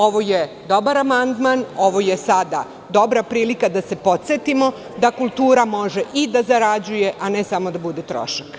Ovo je dobar amandman, ovo je dobra prilika da se podsetimo da kultura može da zarađuje, a ne samo da bude trošak.